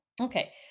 Okay